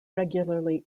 regularly